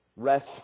Rest